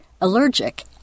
Allergic